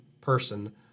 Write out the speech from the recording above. person